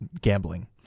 gambling